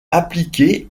appliqué